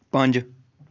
ਪੰਜ